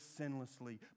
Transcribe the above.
sinlessly